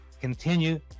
continue